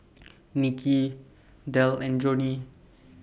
Niki Delle and Joni